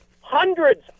hundreds